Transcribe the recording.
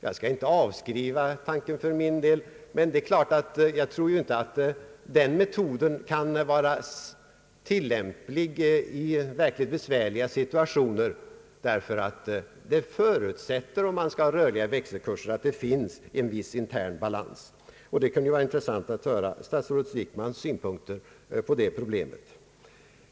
Jag skall inte avskriva tanken för min del, men jag tror inte att den metoden kan tillämpas i verkligt besvärliga situationer, därför att rörliga växelkurser förutsätter att det finns en viss intern balans. Det kunde vara intressant att höra statsrådet Wickmans synpunkter på detta problem.